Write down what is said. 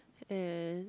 and